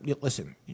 listen